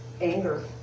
anger